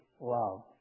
love